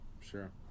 Sure